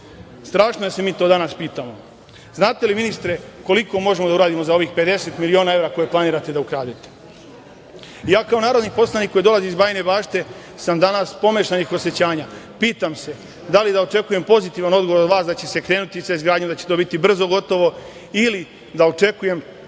Strašno je jer se mi to danas pitamo. Znate li, ministre, koliko možemo da uradimo za ovih 50 miliona evra koje planirate da ukradete? Kao narodni poslanik koji dolazi iz Bajine Bašte sam danas pomešanih osećanja. Pitam se da li da očekujem pozitivan odgovor od vas da će se krenuti sa izgradnjom, da će to biti brzo gotovo ili da očekujem